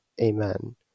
Amen